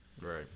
Right